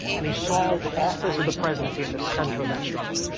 and he saw the office of the presidency at the center of that struggle.